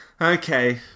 Okay